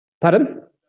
Pardon